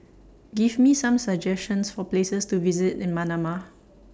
Give Me Some suggestions For Places to visit in Manama